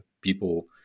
people